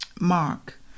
mark